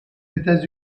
états